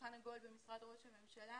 שולחן עגול במשרד ראש הממשלה